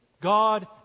God